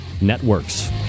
Networks